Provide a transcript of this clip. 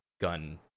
gun